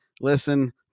Listen